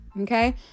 Okay